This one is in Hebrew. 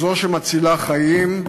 היא זו שמצילה חיים,